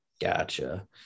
Gotcha